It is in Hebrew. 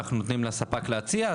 אנחנו נותנים לספק להציע.